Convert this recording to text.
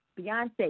Beyonce